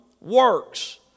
works